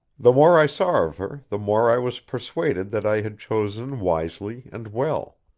the more i saw of her the more i was persuaded that i had chosen wisely and well.